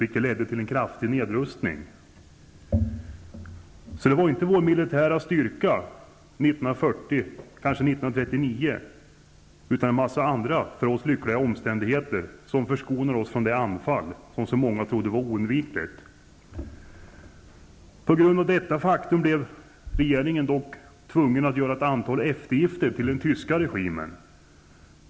Det var alltså inte vår militära styrka den gången, 1939--1940, utan en mängd andra för oss lyckliga omständigheter som förskonade oss från det anfall som många trodde var oundvikligt. På grund av detta faktum blev regeringen dock tvungen att göra ett antal eftergifter gentemot den tyska regimen.